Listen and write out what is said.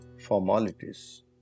formalities